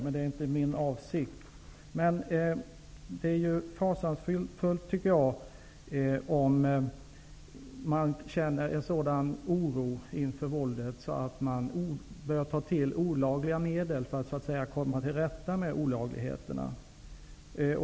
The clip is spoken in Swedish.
Men det är inte min avsikt. Det är fasansfullt om folk känner sådan oro inför våldet att de börjar ta till olagliga medel för att komma till rätta med olagligheterna.